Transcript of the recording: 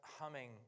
humming